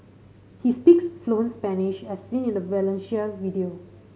he speaks fluent Spanish as seen in a Valencia video